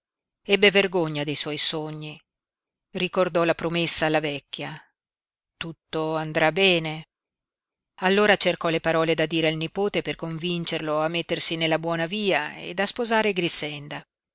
ebbe vergogna dei suoi sogni ricordò la promessa alla vecchia tutto andrà bene allora cercò le parole da dire al nipote per convincerlo a mettersi nella buona via ed a sposare grixenda